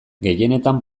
gehienetan